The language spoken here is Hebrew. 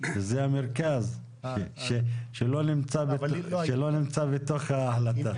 זה המרכז שלא נמצא בתוך ההחלטה.